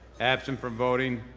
absent from voting,